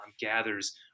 gathers